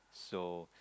so